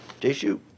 Tissue